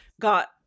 got